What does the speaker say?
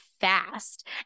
fast